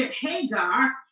Hagar